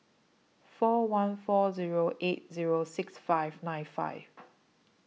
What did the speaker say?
four one four Zero eight Zero six five nine five